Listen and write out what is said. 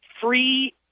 free